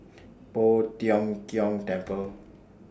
Poh Tiong Kiong Temple